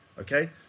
Okay